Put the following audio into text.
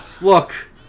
look